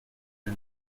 nel